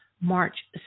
March